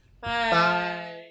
Bye